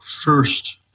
first